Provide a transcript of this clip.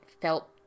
felt